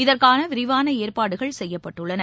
இதற்காக விரிவான ஏற்பாடுகள் செய்யப்பட்டுள்ளன